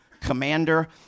commander